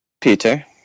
Peter